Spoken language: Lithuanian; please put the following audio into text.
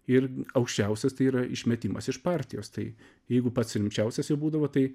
ir aukščiausias tai yra išmetimas iš partijos tai jeigu pats rimčiausias jau būdavo tai